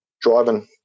driving